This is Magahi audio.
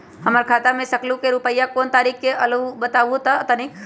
हमर खाता में सकलू से रूपया कोन तारीक के अलऊह बताहु त तनिक?